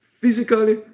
physically